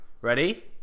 Ready